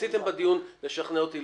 ניסיתם בדיון לשכנע אותי.